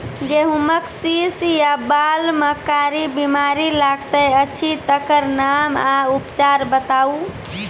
गेहूँमक शीश या बाल म कारी बीमारी लागतै अछि तकर नाम आ उपचार बताउ?